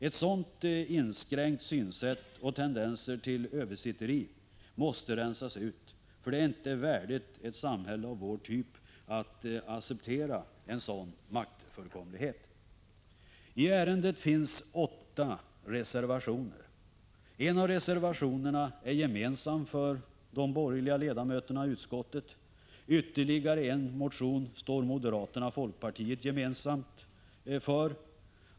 Ett sådant inskränkt synsätt och tendenser till översitteri måste rensas ut, för det är inte värdigt ett samhälle av vår typ att acceptera en sådan maktfullkomlighet. I ärendet finns åtta reservationer. En av reservationerna är gemensam för de borgerliga ledamöterna i utskottet. Ytterligare en motion står moderaterna och folkpartiet gemensamt för.